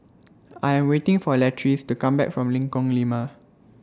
I Am waiting For Latrice to Come Back from Lengkong Lima